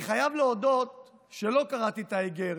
אני חייב להודות שלא קראתי את האיגרת,